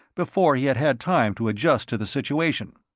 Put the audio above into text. before he had had time to adjust to the situation.